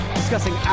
discussing